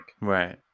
Right